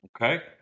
Okay